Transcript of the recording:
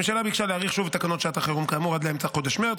הממשלה ביקשה להאריך שוב את תקנות שעת החירום כאמור עד לאמצע חודש מרץ,